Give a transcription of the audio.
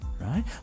right